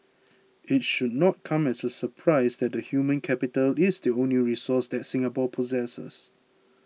it should not come as a surprise that the human capital is the only resource that Singapore possesses